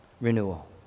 Renewal